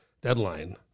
deadline